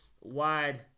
wide